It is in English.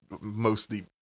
mostly